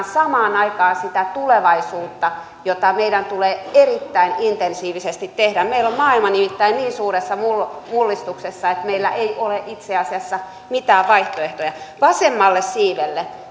samaan aikaan sitä tulevaisuutta jota meidän tulee erittäin intensiivisesti tehdä meillä on maailma nimittäin niin suuressa mullistuksessa että meillä ei ole itse asiassa mitään vaihtoehtoja vasemmalle siivelle